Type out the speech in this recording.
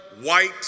white